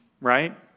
right